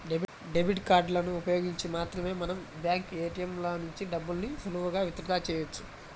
debit కార్డులను ఉపయోగించి మాత్రమే మనం బ్యాంకు ఏ.టీ.యం ల నుంచి డబ్బుల్ని సులువుగా విత్ డ్రా చెయ్యొచ్చు